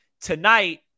Tonight